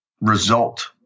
result